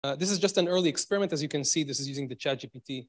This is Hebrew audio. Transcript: זה רק אקספירמנט קודם כול, כמו שיכולים לראות, זה משתמש ב-chat GPT